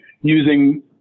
using